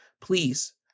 Please